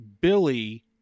Billy